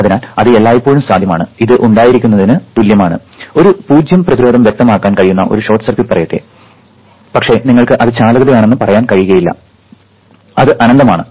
അതിനാൽ അത് എല്ലായ്പ്പോഴും സാധ്യമാണ് ഇത് ഉണ്ടായിരിക്കുന്നതിന് തുല്യമാണ് ഒരു 0 പ്രതിരോധം വ്യക്തമാക്കാൻ കഴിയുന്ന ഒരു ഷോർട്ട് സർക്യൂട്ട് പറയട്ടെ പക്ഷേ നിങ്ങൾക്ക് അത് ചാലകതയാണെന്ന് വ്യക്തമാക്കാൻ കഴിയില്ല അത് അനന്തമാണ്